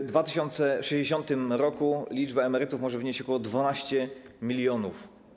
W 2060 r. liczba emerytów może wynieść ok. 12 mln.